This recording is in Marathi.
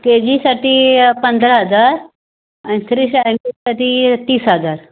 केजीसाठी पंधरा हजार आणि थ्री स्टँडरसाठी तीस हजार